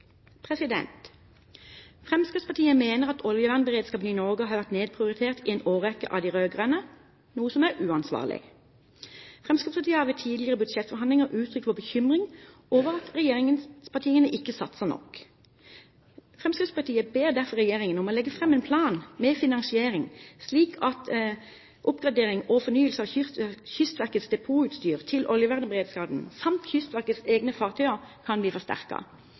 Fremskrittspartiet mener at oljevernberedskapen i Norge har vært nedprioritert i en årrekke av de rød-grønne, noe som er uansvarlig. Fremskrittspartiet har ved tidligere budsjettforhandlinger uttrykt sin bekymring over at regjeringspartiene ikke satser nok. Fremskrittspartiet ber derfor regjeringen om å legge fram en plan med finansiering, slik at oppgradering og fornyelse av Kystverkets depotutstyr til oljevernberedskapen samt Kystverkets egne fartøyer kan bli